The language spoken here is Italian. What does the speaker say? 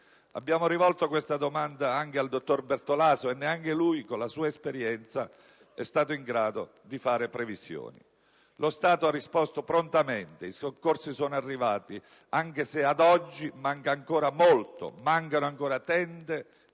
Abbiamo rivolto questa domanda anche al dottor Bertolaso e neanche lui, con la sua esperienza, è stato in grado di fare previsioni. Lo Stato ha risposto prontamente, i soccorsi sono arrivati, anche se ad oggi manca ancora molto: mancano ancora tende